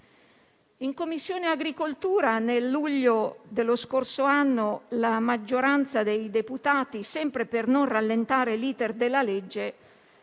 In Commissione agricoltura, nel luglio dello scorso anno, la maggioranza dei deputati, sempre per non rallentare l'*iter* della legge,